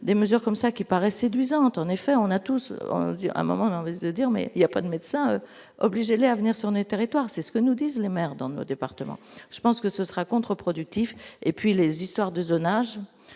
des mesures comme ça qui paraît séduisante, en effet, on a tous un moment de dire, mais il y a pas de médecins obligé à venir si on est territoire c'est ce que nous disent les maires dans nos départements, je pense que ce sera contre-productif et puis les histoires de zonage,